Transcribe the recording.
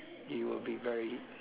you will be very